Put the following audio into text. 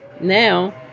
Now